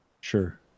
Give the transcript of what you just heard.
Sure